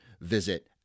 visit